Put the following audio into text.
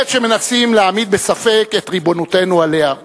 בעת שמנסים להעמיד בספק את ריבונותנו עליה,